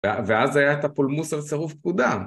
ואז זה היה את הפולמוס על סירוב פקודה.